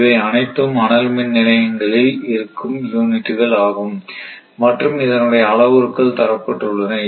இவை அனைத்தும் அனல் மின் நிலையங்களில் இருக்கும் யூனிட்கள் ஆகும் மற்றும் இதனுடைய அளவுருக்கள் தரப்பட்டுள்ளன